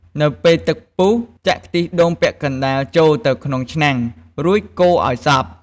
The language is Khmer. នៅពេលទឹកពុះ ចាក់ខ្ទិះដូងពាក់កណ្តាលចូលទៅក្នុងឆ្នាំង រួចកូរឱ្យសព្វ។